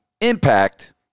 impact